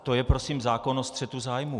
To je prosím zákon o střetu zájmů.